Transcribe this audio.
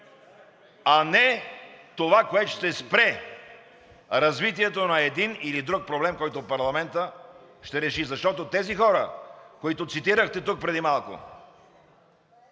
а не това, което ще спре развитието на един или друг проблем, който парламентът ще реши, защото тези хора, които цитирахте тук преди малко,